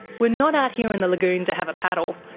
we're not out here in the lagoon to have a paddle.